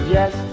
Yes